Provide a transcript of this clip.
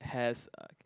has a